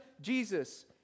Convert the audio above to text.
Jesus